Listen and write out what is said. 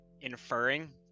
inferring